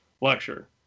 lecture